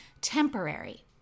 temporary